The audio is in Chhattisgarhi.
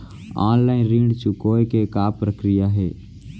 ऑनलाइन ऋण चुकोय के का प्रक्रिया हे?